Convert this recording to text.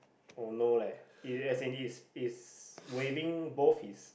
oh no leh it's as in it's it's waving both his